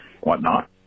whatnot